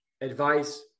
advice